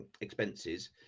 expenses